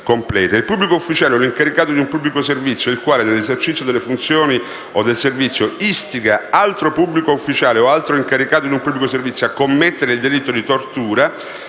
Il pubblico ufficiale o l'incaricato di un pubblico servizio il quale, nell'esercizio delle funzioni o del servizio, istiga altro pubblico ufficiale o altro incaricato di un pubblico servizio a commettere il delitto di tortura,